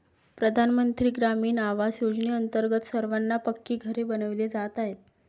प्रधानमंत्री ग्रामीण आवास योजनेअंतर्गत सर्वांना पक्की घरे बनविली जात आहेत